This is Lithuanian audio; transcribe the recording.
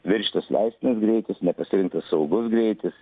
viršytas leistinas greitis ne pasirinktas saugus greitis